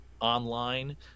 online